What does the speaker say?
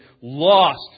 lost